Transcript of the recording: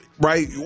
right